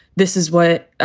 this is what